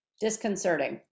Disconcerting